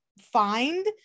find